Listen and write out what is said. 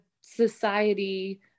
society